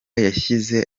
yashyize